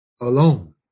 alone